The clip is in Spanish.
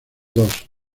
dos